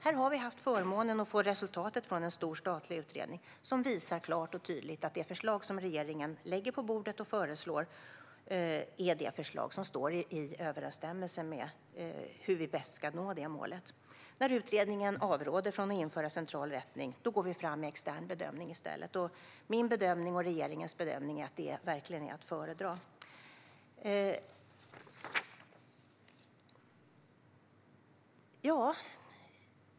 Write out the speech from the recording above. Här har vi haft förmånen att få resultatet från en stor statlig utredning, som klart och tydligt visar att det förslag som regeringen lägger på bordet är det förslag som bäst står i överensstämmelse med hur vi ska nå detta mål. När utredningen avråder från att införa central rättning går vi i stället fram med extern bedömning. Min och regeringens bedömning är att detta verkligen är att föredra.